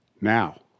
now